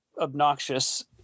obnoxious